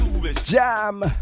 Jam